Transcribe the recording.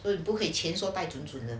会不会钱